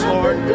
Lord